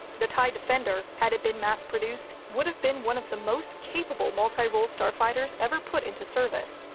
the tie defender, had it been mass produced, would have been one of the most capable multi-role starfighters ever put into service,